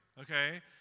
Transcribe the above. okay